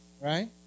right